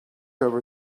over